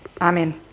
Amen